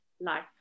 life